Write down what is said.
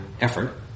effort